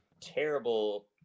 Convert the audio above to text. terrible